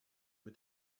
mit